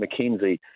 McKenzie